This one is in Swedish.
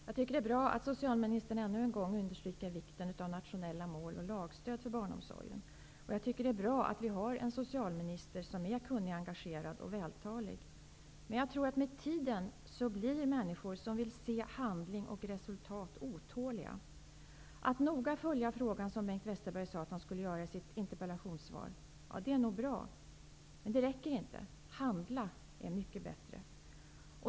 Fru talman! Det är bra att socialministern ännu en gång understryker vikten av nationella mål och lagstöd till barnomsorgen. Det är bra att vi har en socialminister som är kunnig, engagerad och vältalig. Men med tiden blir människor som vill se handling och resultat otåliga. Att noga följa frågan, som Bengt Westerberg i sitt interpellationssvar säger att han skall göra, är nog bra, men det räcker inte -- att handla är mycket bättre.